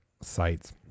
sites